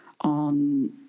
on